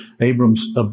Abraham's